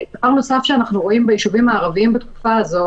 דבר נוסף שאנחנו רואים ביישובים הערביים בתקופה הזו